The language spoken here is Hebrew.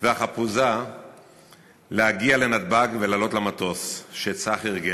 החפוזה להגיע לנתב"ג ולעלות למטוס שצא"ח ארגן.